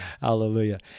Hallelujah